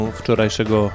wczorajszego